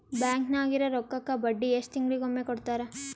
Bank ನಾಗಿರೋ ರೊಕ್ಕಕ್ಕ ಬಡ್ಡಿ ಎಷ್ಟು ತಿಂಗಳಿಗೊಮ್ಮೆ ಕೊಡ್ತಾರ?